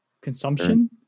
Consumption